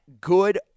good